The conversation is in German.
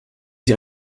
sie